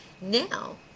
now